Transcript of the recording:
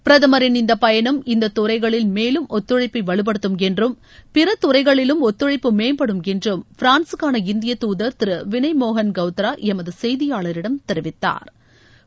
பிரதமரின் இந்த பயணம் இந்த துறைகளில் மேலும் ஒத்துழைப்பை வலுப்படுத்தும் என்றும் பிற துறைகளிலும் ஒத்துழைப்பு மேம்படும் என்றும் பிரான்சுக்கான இந்திய தூதர் திரு வினய் மோகன் கவத்ரா எமது செய்தியாளரிடம் தெரிவித்தாா்